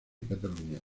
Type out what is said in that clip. cataluña